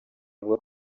avuga